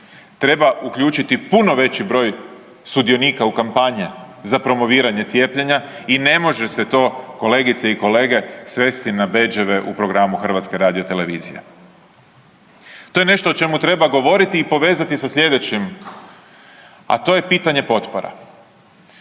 treba uključiti puno veći broj sudionika u kampanje za promoviranje cijepljenja i ne može se to kolegice i kolege svesti na bedževe u programu HRT-a. To je nešto o čemu treba govoriti i povezati sa slijedećim, a to je pitanje potpora.